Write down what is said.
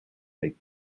baked